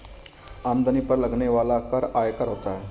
आमदनी पर लगने वाला कर आयकर होता है